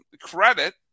credit